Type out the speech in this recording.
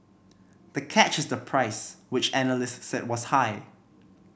the catch is the price which analysts said was high